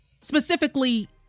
Specifically